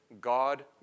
God